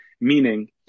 meaning